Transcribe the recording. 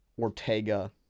Ortega